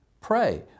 Pray